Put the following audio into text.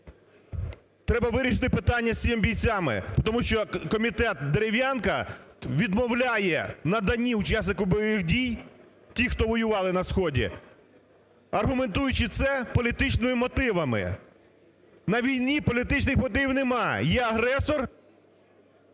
треба вирішити питання з цими бійцями, тому що комітет Дерев'янка відмовляє в наданні учасника бойових дій тим, хто воювали на сході, аргументуючи це політичними мотивами. На війні політичних мотивів немає, є агресор…